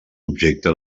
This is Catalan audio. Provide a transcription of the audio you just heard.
objecte